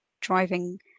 driving